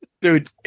Dude